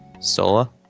Sola